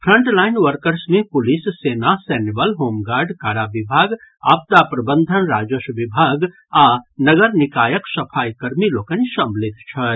frontline workers मे police सेना सैन्यबल होमगार्ड कारा विभाग आपदा प्रबंधन राजस्व विभाग आ नगर निकायक सफाईकर्मी लोकनि सम्मिलित छथि